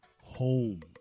home